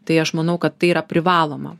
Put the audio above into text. tai aš manau kad tai yra privaloma